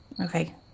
Okay